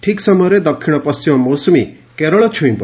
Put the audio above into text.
ଠିକ୍ ସମୟରେ ଦକ୍ଷିଶ ପଣ୍ଟିମ ମୌସୁମୀ କେରଳ ଛୁଇଁବ